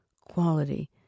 quality